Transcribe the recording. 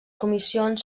comissions